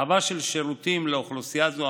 הרחבה של שירותים לאוכלוסייה זו,